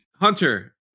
Hunter